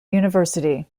university